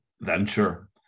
venture